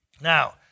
Now